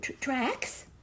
Tracks